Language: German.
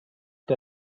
der